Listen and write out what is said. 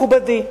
מכובדי,